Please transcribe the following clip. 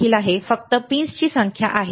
होय हे एकात्मिक सर्किट देखील आहे